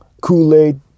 Kool-Aid